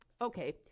Okay